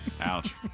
Ouch